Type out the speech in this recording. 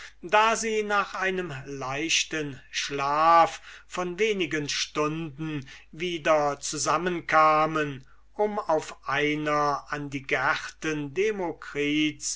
da sie nach einem leichten schlaf von wenigen stunden wieder zusammenkamen um auf einer an die gärten